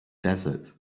desert